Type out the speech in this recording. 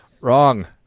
wrong